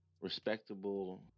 respectable